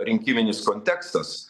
rinkiminis kontekstas